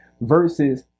versus